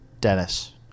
Dennis